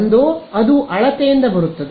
ಒಂದೋ ಅದು ಅಳತೆಯಿಂದ ಬರುತ್ತದೆ